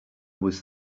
was